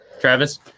Travis